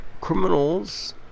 criminals